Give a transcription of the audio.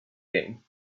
became